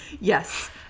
Yes